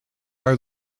are